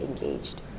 engaged